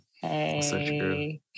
hey